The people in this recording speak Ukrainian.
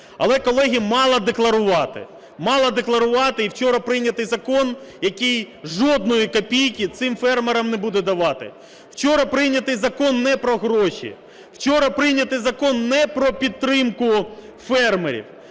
Але, колеги, мало декларувати, і вчора прийнятий закон, який жодної копійки цим фермерам не буде давати. Вчора прийнятий закон не про гроші, вчора прийнятий закон не про підтримку фермерів,